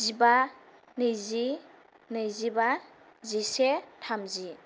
जिबा नैजि नैजिबा जिसे थामजि